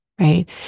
right